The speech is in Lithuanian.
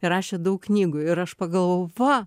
ir rašė daug knygų ir aš pagalvojau va